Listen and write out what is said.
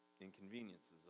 inconveniences